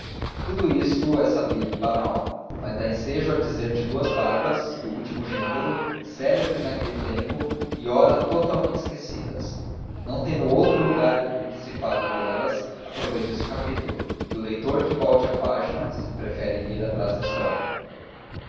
tudo isto é sabido e banal mas dá ensejo a dizer de duas barbas do último gênero célebres naquele tempo e ora totalmente esquecidas não tendo outro lugar em que fale delas aproveito este capítulo e o leitor que volte a página se prefere ir atrás da história